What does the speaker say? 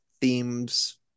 themes